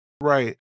right